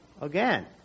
again